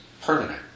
permanent